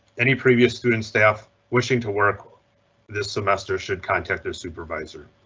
any previous students staff wishing to work this semester should contact their supervisor.